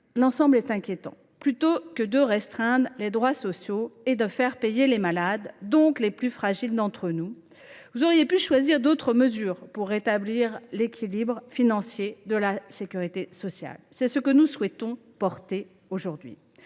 ensemble est inquiétant. Plutôt que de restreindre les droits sociaux et faire payer les malades, donc les plus fragiles d’entre nous, vous auriez pu choisir d’autres mesures pour rétablir l’équilibre financier de la sécurité sociale. C’est ce que nous souhaitons défendre aujourd’hui.